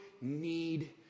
need